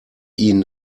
ihnen